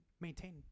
maintain